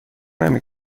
نمی